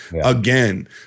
again